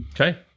Okay